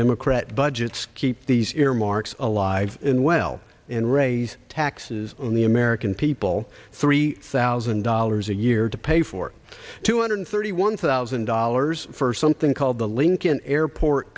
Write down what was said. democrat budgets keep these earmarks alive and well and raise taxes on the american people three thousand dollars a year to pay for two hundred thirty one thousand dollars for something called the lincoln airport